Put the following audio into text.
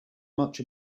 much